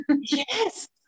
Yes